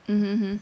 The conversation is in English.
mm mm mm